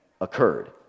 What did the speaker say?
occurred